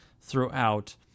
throughout